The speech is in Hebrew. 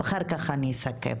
ואחר כך אני אסכם,